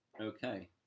Okay